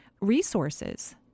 resources